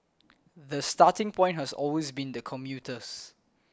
the starting point has always been the commuters